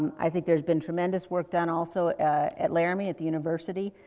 i think there's been tremendous work done also at laramie, at the university,